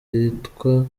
ryitwa